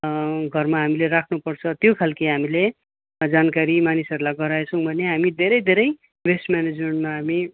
घरमा हामीले राख्नुपर्छ त्यो खाल्के हामीले जानकारी मानिसहरूलाई गराएछौँ भने हामी धेरै धेरै वेस्ट म्यानेजमेन्टमा हामी